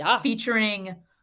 featuring